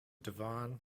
devon